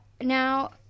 Now